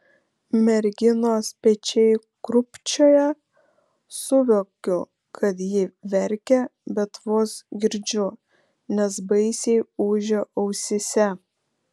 merginos pečiai krūpčioja suvokiu kad ji verkia bet vos girdžiu nes baisiai ūžia ausyse